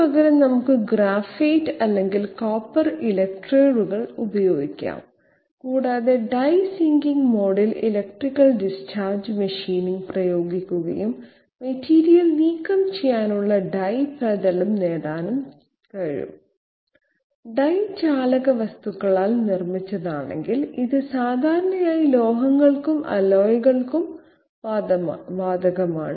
അതിനുപകരം നമുക്ക് ഗ്രാഫൈറ്റ് അല്ലെങ്കിൽ കോപ്പർ ഇലക്ട്രോഡുകൾ ഉണ്ടായിരിക്കാം കൂടാതെ ഡൈ സിങ്കിംഗ് മോഡിൽ ഇലക്ട്രിക്കൽ ഡിസ്ചാർജ് മെഷീനിംഗ് പ്രയോഗിക്കുകയും മെറ്റീരിയൽ നീക്കം ചെയ്യാനും ഡൈ പ്രതലം നേടാനും കഴിയും ഡൈ ചാലക വസ്തുക്കളാൽ നിർമ്മിച്ചതാണെങ്കിൽ ഇത് സാധാരണയായി ലോഹങ്ങൾക്കും അലോയ്കൾക്കും ബാധകമാണ്